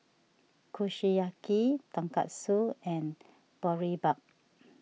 Kushiyaki Tonkatsu and Boribap